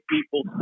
people